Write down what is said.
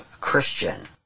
Christian